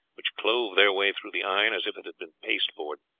which clove their way through the iron as if it had been pasteboard.